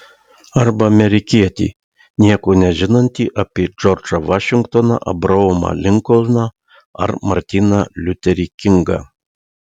arba amerikietį nieko nežinantį apie džordžą vašingtoną abraomą linkolną ar martyną liuterį kingą